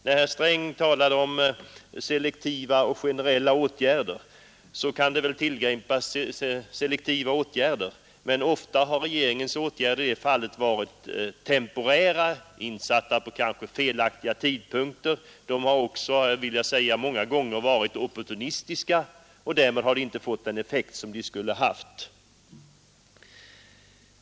Herr Sträng talar om selektiva och generella åtgärder, och nog kan det väl tillgripas selektiva åtgärder, men ofta har regeringens åtgärder i det fallet varit temporära och insatta vid felaktiga tidpunkter. De har också många gånger varit opportunistiska, och därmed har de inte fått den effekt de skulle ha haft.